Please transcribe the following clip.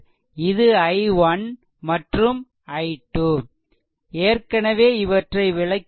இது i1 மற்றும் i2 ஏற்கனவே இவற்றை விளக்கியுள்ளேன்